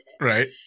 right